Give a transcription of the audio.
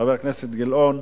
חבר הכנסת גילאון,